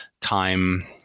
time